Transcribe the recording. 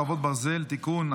חרבות ברזל) (תיקון),